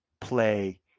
play